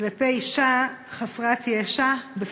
כלפי אישה חסרת ישע בפתח-תקווה,